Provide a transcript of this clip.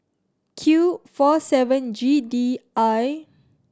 Q four seven G D I